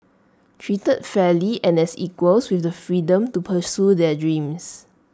treated fairly and as equals with the freedom to pursue their dreams